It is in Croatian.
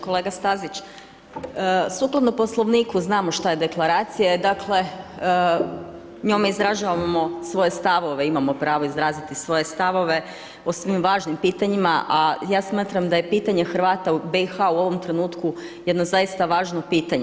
Kolega Stazić, sukladno Poslovniku, znamo šta je deklaracija, dakle njome izražavamo svoje stavove, imamo pravo izraziti svoje stavove o svim važnim pitanjima, a ja smatram da je pitanje Hrvata u BiH u ovom trenutku jedno zaista važno pitanje.